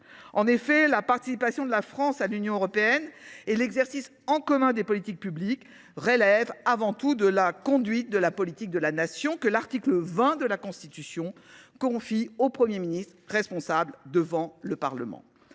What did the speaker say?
En effet, la participation de la France à l’Union européenne et l’exercice en commun des politiques publiques relèvent avant tout de la conduite de la politique de la Nation, que l’article 20 de la Constitution confie au Premier ministre, responsable devant le Parlement.